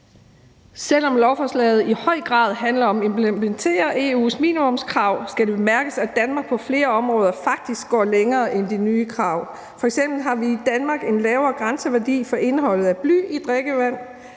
Selv om lovforslaget i høj grad handler om at implementere EU's minimumskrav, skal det bemærkes, at Danmark på flere områder faktisk går længere end de nye krav. F.eks. har vi i Danmark en lavere grænseværdi for indholdet af bly i drikkevand.